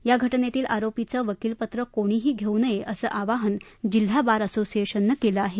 या घटनेतील आरोपीचं वकीलपत्र कोणीही घेऊ नये असं आवाहन जिल्हा बार असोसिएशन केलं आहे